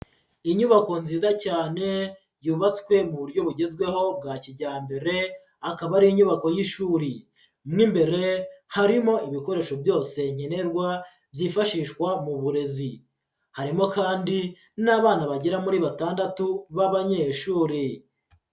Inyubako nziza cyane yubatswe mu buryo bugezweho bwa kijyambere, akaba ari inyubako y'ishuri. Mo imbere harimo ibikoresho byose nkenerwa byifashishwa mu burezi. Harimo kandi n'abana bagera muri batandatu b'abanyeshuri.